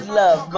love